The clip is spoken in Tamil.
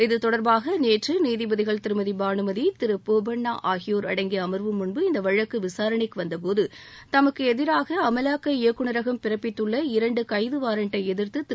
இதுதொடர்பாக நேற்று நீதிபதிகள் திருமதிபானுமதி திருநீதிபதி போபண்ணா ஆகியோர் அடங்கிய அமர்வு முன்பு இந்த வழக்கு விசாரணைக்கு வந்தபோது தமக்கு எதிராக அமலாக்க இயக்குனரகம் பிறப்பித்துள்ள இரண்டு கைது வாரண்டை எதிர்த்து திரு